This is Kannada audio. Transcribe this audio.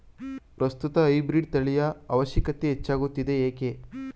ಪ್ರಸ್ತುತ ಹೈಬ್ರೀಡ್ ತಳಿಯ ಅವಶ್ಯಕತೆ ಹೆಚ್ಚಾಗುತ್ತಿದೆ ಏಕೆ?